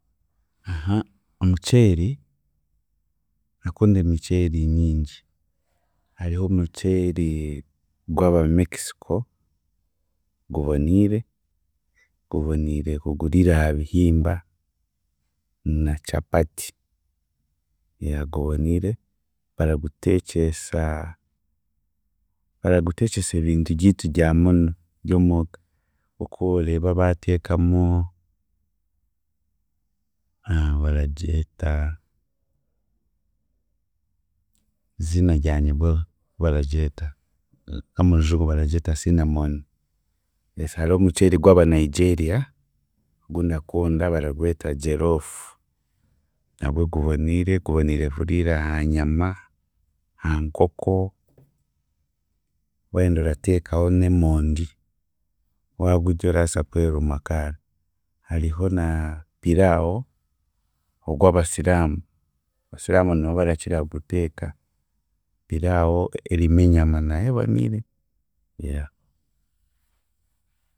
Aha omuceeri, ndakunda emiceeri nyingi. Hariho omuceeri gw'Abamexico guboniire, guboniire kuguriira aha bihimba na kyapati. Guboniire baraguteekyesa, baraguteekyesa ebintu ryitu rya munu by'omuuka okooworareeba baateeka baragyeta, iziina ryanyebwa oku baragyeta konka omu rujunju baragyeta sinamoni. Yes hariho omuceeri gw'aba Nigeria gundakunda baragweta Jerofu nagwe guboniire guboniire kuriira ha nyama, ha nkoko, waayenda orateekaho n'emondi, waagurya orabaasa kweruma akaara. Hariho na pirawo ogw'Abasiraamu, Abasiraamu nibo barakira kuguteeka, piraawo erimu enyama nayo eboniire.